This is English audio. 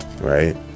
Right